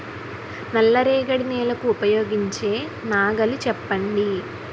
నల్ల రేగడి నెలకు ఉపయోగించే నాగలి చెప్పండి?